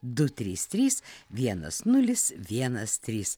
du trys trys vienas nulis vienas trys